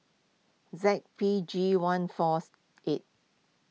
Z P G one fourth eight